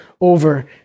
over